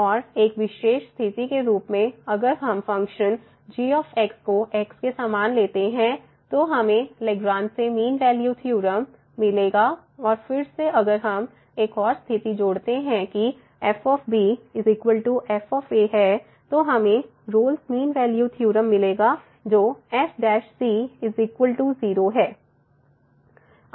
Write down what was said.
और एक विशेष स्थिति के रूप में अगर हम फंक्शन g x लेते हैं तो हमें लैग्रेंज मीन वैल्यू थ्योरम मिलेगा और फिर से अगर हम एक और स्थिति जोड़ते हैं कि f f तो हमें Rolle's mean value theorem Rolle's mean value theorem मिलेगा जो f 0 है